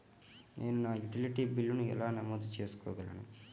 నేను నా యుటిలిటీ బిల్లులను ఎలా నమోదు చేసుకోగలను?